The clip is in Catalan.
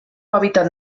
hàbitat